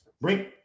bring